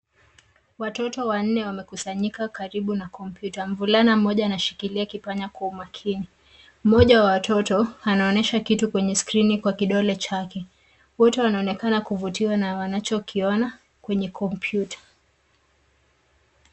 Watoto wanne wanne wamekusanyika katika kompyuta mvulana mmoja anashikilia kipanya kwa umakini mmoja wa watoto anaonyesha kitu kwenye skrini kwa kidole chake wote wanaonekana kuvutiwa na wanachokiona kwenye kompyuta.